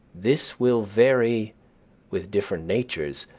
this will vary with different natures,